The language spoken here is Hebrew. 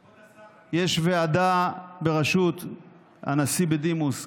כבוד השר, יש ועדה בראשות הנשיא בדימוס גרוניס,